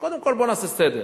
אז קודם כול בוא נעשה סדר.